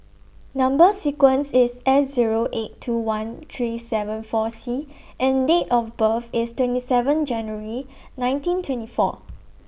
Number sequence IS S Zero eight two one three seven four C and Date of birth IS twenty seven January nineteen twenty four